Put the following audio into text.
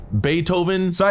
Beethoven